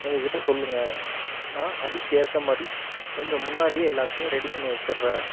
எங்கள் கிட்ட சொல்லுங்க நான் அதுக்கு ஏற்ற மாதிரி கொஞ்சம் முன்னாடி எல்லாத்தையும் ரெடி பண்ணி வச்சிடுறன்